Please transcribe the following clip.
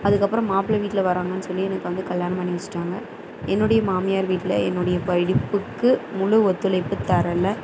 அதுக்கப்புறம் மாப்பிள வீட்டில் வராங்கன்னு சொல்லி எனக்கு வந்து கல்யாணம் பண்ணி வச்சுட்டாங்க என்னுடைய மாமியார் வீட்டில் என்னுடைய படிப்புக்கு முழு ஒத்துழைப்பு தரலை